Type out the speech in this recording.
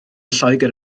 lloegr